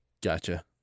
Gotcha